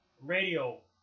radio